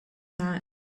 that